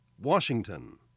Washington